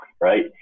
right